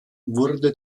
wurde